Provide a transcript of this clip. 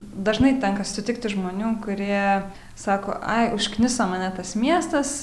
dažnai tenka sutikti žmonių kurie sako ai užkniso mane tas miestas